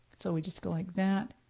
so we just go like that.